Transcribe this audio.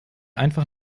einfach